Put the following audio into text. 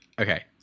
Okay